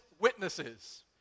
witnesses